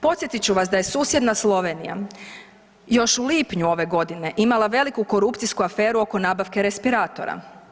Podsjetit ću vas da je susjedna Slovenija još u lipnju ove godine imala veliku korupcijsku aferu oko nabavke respiratora.